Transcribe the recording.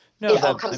No